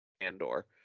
Andor